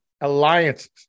alliances